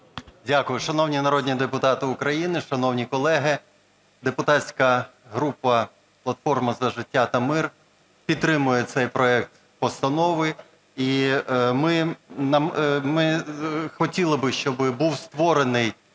Дякую. Шановні народні депутати України, шановні колеги! Депутатська група "Платформа за життя та мир" підтримує цей проект постанови і ми хотіли би, щоб був створений